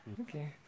Okay